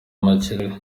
makerere